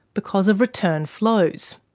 because of return flows?